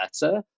better